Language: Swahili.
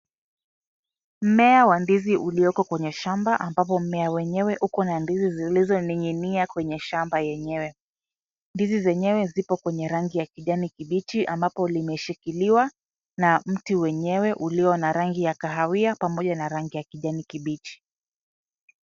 Mmea wa ndizi ulioko kwenye shamba, ambapo mmea wenyewe uko na ndizi zilizoning'inia kwenye shamba yenyewe. Ndizi zenyewe zipo kwenye rangi ya kijani kibichi ambapo limeshikiliwa na mti wenyewe ulio na rangi ya kahawia pamoja na rangi ya kijani kibichi.